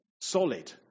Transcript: solid